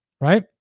right